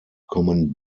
kommen